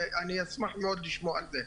אני אשמח מאוד לשמוע על זה.